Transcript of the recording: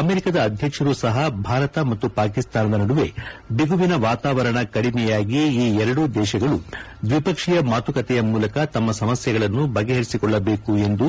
ಅಮೆರಿಕದ ಅಧ್ವಕ್ಷರು ಸಪ ಭಾರತ ಮತ್ತು ಪಾಕಿಸ್ತಾನದ ನಡುವೆ ಬಿಗುವಿನ ವಾಶಾವರಣ ಕಡಿಮೆಯಾಗಿ ಈ ಎರಡೂ ದೇಶಗಳು ದ್ವಿಪಕ್ಷೀಯ ಮಾಶುಕತೆಯ ಮೂಲಕ ತಮ್ಮ ಸಮಸ್ಕೆಗಳನ್ನು ಬಗೆಹರಿಸಿಕೊಳ್ಳಬೇಕು ಎಂದು